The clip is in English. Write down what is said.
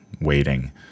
waiting